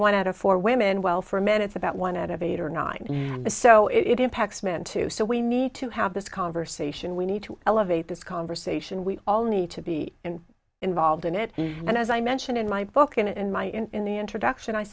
one out of four women well for men it's about one out of eight or nine is so it impacts men to so we need to have this conversation we need to elevate this conversation we all need to be involved in it and as i mentioned in my book and in my in in the introduction i